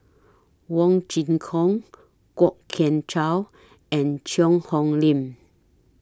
Wong Kin Jong Kwok Kian Chow and Cheang Hong Lim